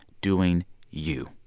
doing you.